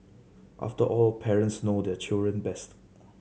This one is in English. after all parents know their children best